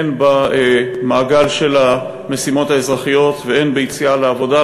הן במעגל של המשימות האזרחיות והן ביציאה לעבודה,